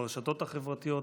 ברשתות החברתיות,